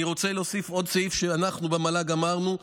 אני רוצה להוסיף עוד סעיף שאנחנו אמרנו במל"ג,